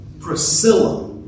Priscilla